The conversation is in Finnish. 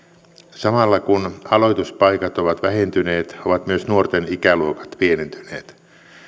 samalla kun aloituspaikat ovat vähentyneet ovat myös nuorten ikäluokat pienentyneet